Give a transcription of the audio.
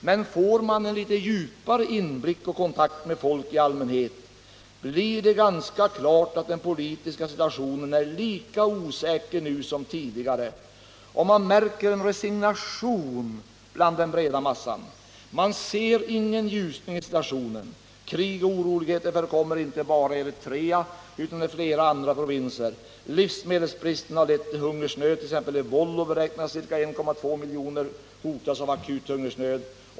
Men får man en lite djupare inblick och kontakt med folk i allmänhet, blir det ganska klart att den politiska situationen är lika osäker nu som tidigare, och man märker en resignation ibland den breda massan. Man ser ingen ljusning i situationen. Krig och oroligheter förekommer inte bara i Eritrea utan i flera andra provinser. Livsmedelsbristen har lett till hungersnöd, i t.ex. Wollo beräknas ca 1,2 milj. hotas av akut hungersnöd”.